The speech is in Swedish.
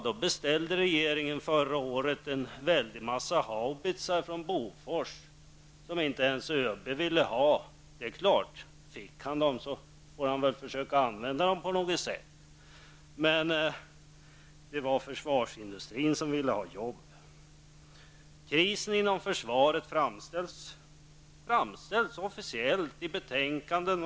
Då beställde regeringen förra året en massa haubitsar från Bofors, som inte ens ÖB ville ha. Det är klart, fick han dem så får han väl försöka använda dem på något sätt, men det var försvarsindustrin som ville ha jobb. Krisen inom försvaret framställs officiellt i betänkanden.